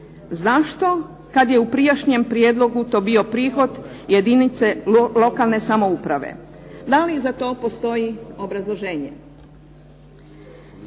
zašto kada je u prijašnjem prijedlogu to bio prihod jedinice lokalne samouprave. DA li za to postoji obrazloženje?